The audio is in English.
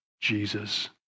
Jesus